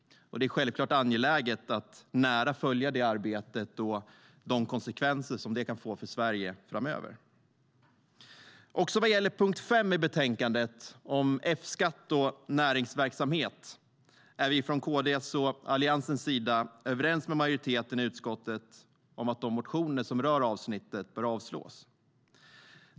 Det är självklart angeläget att nära följa det arbetet och de konsekvenser som det kan få för Sverige framöver. Också vad gäller punkt 5 i betänkandet, om F-skatt och näringsverksamhet, är vi från KD:s och Alliansens sida överens med majoriteten i utskottet om att de motioner som rör avsnittet bör avslås.